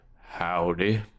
Howdy